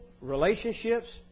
relationships